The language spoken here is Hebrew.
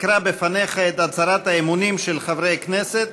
אקרא בפניך את הצהרת האמונים של חברי הכנסת,